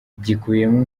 gikubiyemo